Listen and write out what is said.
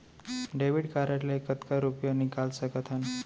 Debit card ले कतका रुपिया निकाल सकथन?